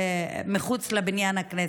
מחוץ לבניין הכנסת.